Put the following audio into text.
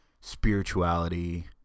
spirituality